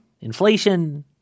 inflation